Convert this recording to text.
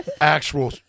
actual